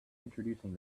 introducing